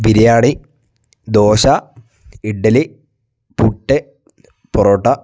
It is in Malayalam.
ബിരിയാണി ദോശ ഇഡ്ഡലി പുട്ട് പൊറോട്ട